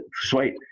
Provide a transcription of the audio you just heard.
sweet